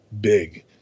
big